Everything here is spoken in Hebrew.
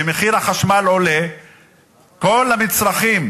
שכשמחיר החשמל עולה כל המצרכים